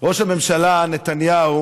ראש הממשלה נתניהו